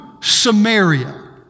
Samaria